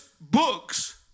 books